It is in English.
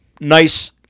Nice